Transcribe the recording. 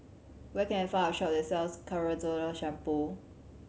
where can I find a shop that sells Ketoconazole Shampoo